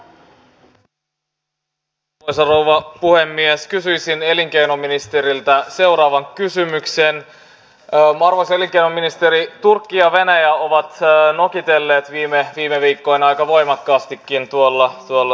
kysymys on sitten siitä että nyt me elämme vähän niin kuin itsehallintoalue edellä ja sote sisällä kun olisi toivonut että olisi menty sote edellä